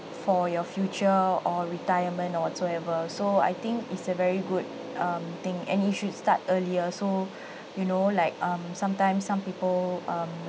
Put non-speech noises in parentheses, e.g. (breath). for your future or retirement or whatsoever so I think it's a very good um thing and you should start earlier so (breath) you know like um sometimes some people um